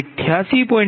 95MW Pg2 185